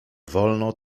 wolno